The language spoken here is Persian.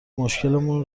مشکلمون